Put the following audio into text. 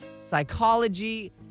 psychology